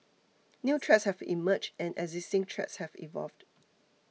new threats have emerged and existing threats have evolved